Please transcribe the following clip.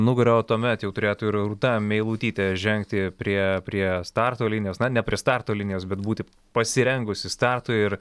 nugara o tuomet jau turėtų ir rūta meilutytė žengti prie prie starto linijos na ne prie starto linijos bet būti pasirengusi startui ir